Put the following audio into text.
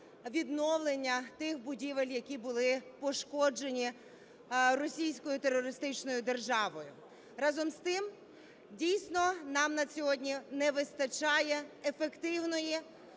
відновлення тих будівель, які були пошкоджені російською терористичною державою. Разом з тим, дійсно нам на сьогодні не вистачає ефективної